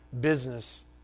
business